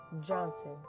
Johnson